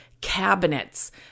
cabinets